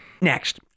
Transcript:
Next